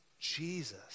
Jesus